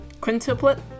Quintuplet